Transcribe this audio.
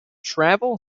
travel